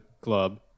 Club